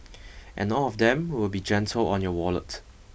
and all of them will be gentle on your wallet